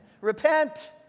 Repent